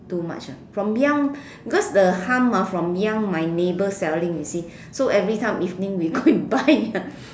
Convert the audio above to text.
too much ah from young because the hum ah from young my neighbour selling you see so every time evening we go and buy